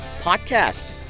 Podcast